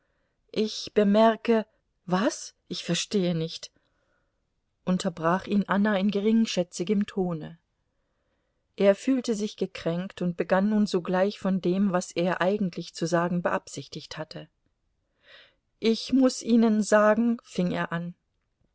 ich bemerke was ich verstehe nicht unterbrach ihn anna in geringschätzigem tone er fühlte sich gekränkt und begann nun sogleich von dem was er eigentlich zu sagen beabsichtigt hatte ich muß ihnen sagen fing er an